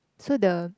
so the